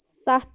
ستھ